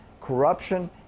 corruption